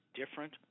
different